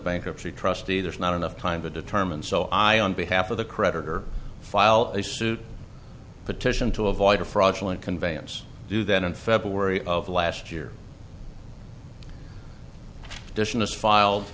bankruptcy trustee there's not enough time to determine so i on behalf of the creditor file a suit petition to avoid a fraudulent conveyance do that in february of last year